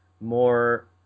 more